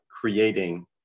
creating